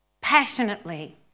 passionately